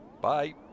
Bye